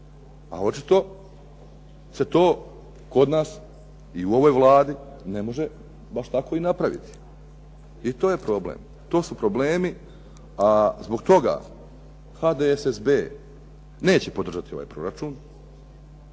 a očito se to kod nas i u ovoj Vladi ne može baš tako i napraviti. I to je problem. To su problemi, a zbog toga HDSSB neće podržati ovaj proračun,